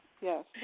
Yes